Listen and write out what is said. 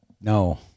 No